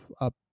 up